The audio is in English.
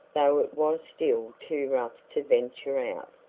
though it was still too rough to venture out.